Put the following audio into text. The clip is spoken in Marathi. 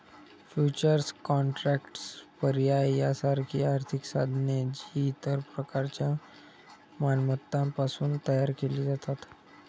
फ्युचर्स कॉन्ट्रॅक्ट्स, पर्याय यासारखी आर्थिक साधने, जी इतर प्रकारच्या मालमत्तांपासून तयार केली जातात